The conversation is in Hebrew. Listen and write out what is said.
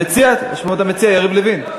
המציע, המציע פה, יריב לוין.